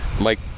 Mike